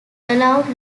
allowed